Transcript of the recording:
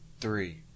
three